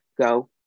go